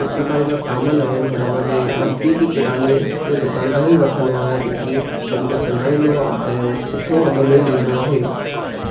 चित्रकारी जा सामान आहिनि हो मां पंहिंजे नज़दीकी किरियाने जे दुकान तां ई वठंदो आहियां क्योंकि हो मूंखे सुञाणींदो आहे ऐं हो सुठो अघ में ॾींदो आहे